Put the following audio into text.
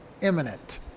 imminent